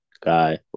guy